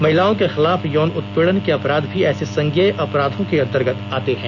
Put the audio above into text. महिलाओं के खिलाफ यौन उत्पीड़न के अपराध भी ऐसे संज्ञेय अपराधों के अंतर्गत आते हैं